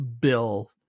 bill